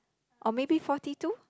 or maybe forty two